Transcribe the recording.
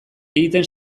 egiten